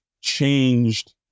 changed